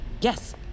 Yes